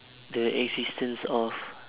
the existence of